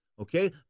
okay